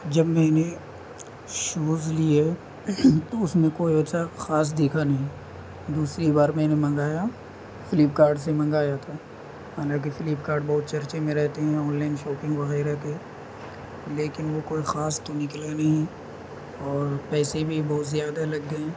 جب میں نے شوز لی ہے تو اس میں کوئی ایسا خاص دیکھا نہیں دوسری بار میں نے منگایا فلپکارٹ سے منگایا تھا حالانکہ فلپکارٹ بہت چرچے میں رہتے ہیں آنلائن شاپنگ وغیرہ کے لیکن وہ کوئی خاص تو نکلا نہیں اور پیسے بھی بہت زیادہ لگ گئے